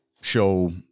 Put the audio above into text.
show